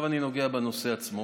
עכשיו אני נוגע בנושא עצמו,